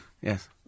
Yes